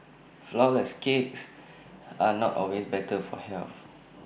Flourless Cakes are not always better for health